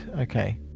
okay